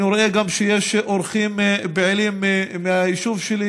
אני רואה שיש אורחים פעילים מהיישוב שלי,